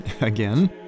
again